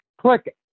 click